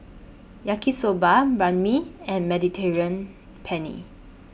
Yaki Soba Banh MI and Mediterranean Penne